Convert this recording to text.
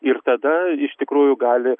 ir tada iš tikrųjų gali